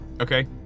Okay